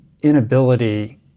inability